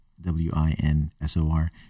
W-I-N-S-O-R